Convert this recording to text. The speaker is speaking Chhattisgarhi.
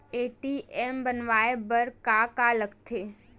ए.टी.एम बनवाय बर का का लगथे?